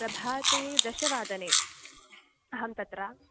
प्रभाते दशवादने अहं तत्र